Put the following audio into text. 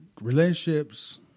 relationships